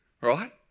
right